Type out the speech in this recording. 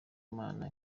imana